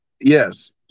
yes